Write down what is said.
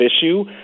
issue